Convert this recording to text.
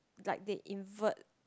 like they invert